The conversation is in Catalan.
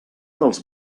dels